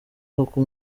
koko